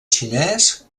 xinès